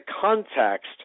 context